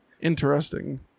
Interesting